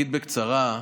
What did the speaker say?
לכם דוגמאות ממה